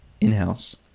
in-house